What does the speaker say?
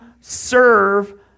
serve